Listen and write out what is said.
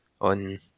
on